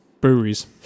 breweries